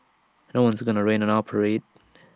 no one is gonna rain on our parade